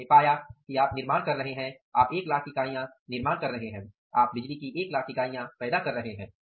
उन्होंने पाया कि आप निर्माण कर रहे हैं आप 100000 इकाईयां पैदा कर रहे हैं